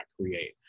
create